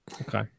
Okay